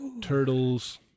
Turtles